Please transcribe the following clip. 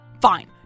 Fine